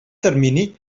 termini